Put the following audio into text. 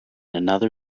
another